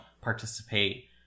Participate